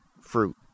fruit